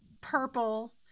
purple